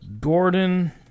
Gordon